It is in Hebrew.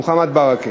מוחמד ברכה,